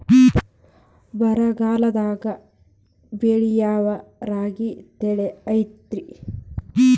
ಬರಗಾಲದಾಗೂ ಬೆಳಿಯೋ ರಾಗಿ ತಳಿ ಐತ್ರಿ?